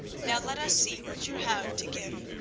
now let us see what you have to give.